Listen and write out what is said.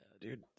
dude